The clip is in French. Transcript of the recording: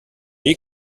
est